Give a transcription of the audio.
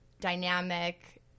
dynamic